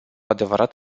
adevărat